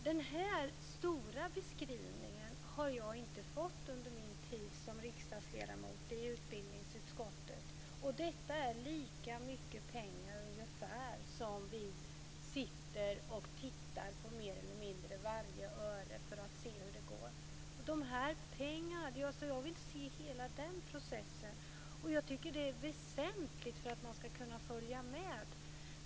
Den här stora beskrivningen har jag inte fått under min tid som riksdagsledamot i utbildningsutskottet. Detta är ungefär lika mycket pengar som de vi tittar på mer eller mindre öre för öre för att se hur det går. Jag vill se hela den processen. Jag tycker att det är väsentligt för att man ska kunna följa med.